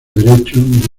derecho